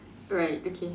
right okay